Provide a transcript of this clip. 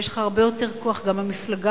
ויש לך הרבה יותר כוח גם במפלגה.